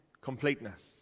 Completeness